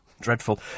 Dreadful